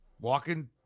Walking